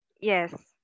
Yes